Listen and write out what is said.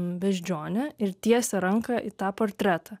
beždžionė ir tiesė ranką į tą portretą